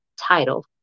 title